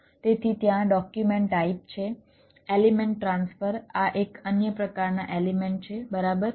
તેથી ત્યાં document type છે એલિમેન્ટ ટ્રાન્સફર આ એક અન્ય પ્રકારના એલિમેન્ટ છે બરાબર